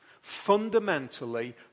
fundamentally